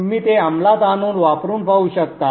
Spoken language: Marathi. तुम्ही ते अंमलात आणून वापरून पाहू शकता